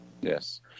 yes